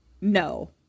no